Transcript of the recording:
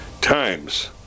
times